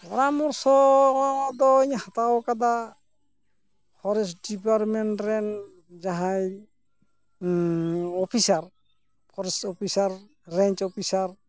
ᱯᱚᱨᱟᱢᱚᱨᱥᱚ ᱫᱚᱧ ᱦᱟᱛᱟᱣ ᱟᱠᱟᱫᱟ ᱯᱷᱚᱨᱮᱥᱴ ᱰᱤᱯᱟᱨᱢᱮᱱᱴ ᱨᱮᱱ ᱡᱟᱦᱟᱸᱭ officer forest officer range officer